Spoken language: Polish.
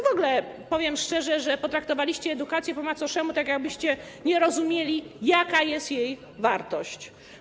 W ogóle, powiem szczerze, że potraktowaliście edukację po macoszemu, jakbyście nie rozumieli, jaka jest jej wartość.